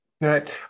right